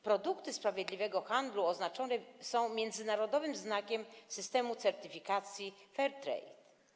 Produkty sprawiedliwego handlu oznaczone są międzynarodowym znakiem systemu certyfikacji Fairtrade.